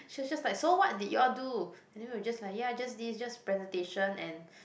she was just like so what did you all do and then we were just like ya just this just presentation and